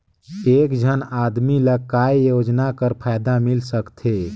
एक झन आदमी ला काय योजना कर फायदा मिल सकथे?